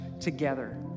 together